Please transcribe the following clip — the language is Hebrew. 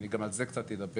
אני גם על זה קצת אדבר.